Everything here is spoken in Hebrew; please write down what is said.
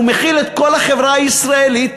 הוא מכיל את כל החברה הישראלית,